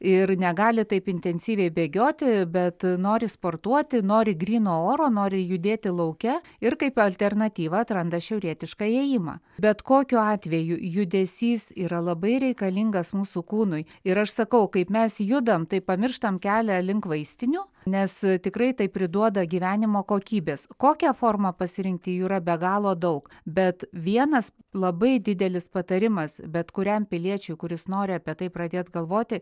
ir negali taip intensyviai bėgioti bet nori sportuoti nori gryno oro nori judėti lauke ir kaip alternatyvą atranda šiaurietišką ėjimą bet kokiu atveju judesys yra labai reikalingas mūsų kūnui ir aš sakau kaip mes judam tai pamirštam kelią link vaistinių nes tikrai tai priduoda gyvenimo kokybės kokią formą pasirinkti jų yra be galo daug bet vienas labai didelis patarimas bet kuriam piliečiui kuris nori apie tai pradėt galvoti